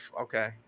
Okay